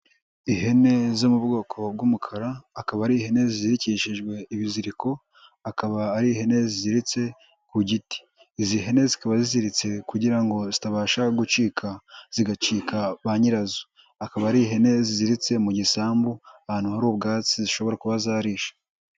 Ihene zo mu bwoko bw'umukara akaba ari ihene zizirikishijwe ibiziriko akaba ari ihene ziritse ku giti, izi hene zikaba ziziritse kugira ngo zitabasha gucika zigacika ba nyirazo, akaba ari ihene ziziritse mu gisambu ahantu hari ubwatsi zishobora kuba zarishe.